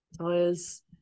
tires